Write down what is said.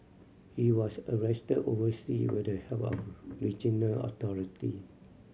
he was arrested oversea with the help of regional authority